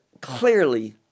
clearly